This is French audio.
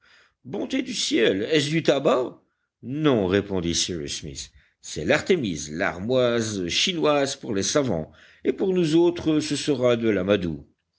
bonté du ciel est-ce du tabac non répondit cyrus smith c'est l'artémise l'armoise chinoise pour les savants et pour nous autres ce sera de l'amadou